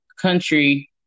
country